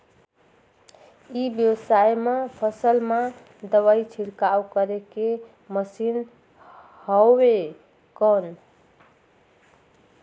ई व्यवसाय म फसल मा दवाई छिड़काव करे के मशीन हवय कौन?